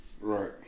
right